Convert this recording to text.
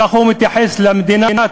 כך הוא מתייחס למדינה,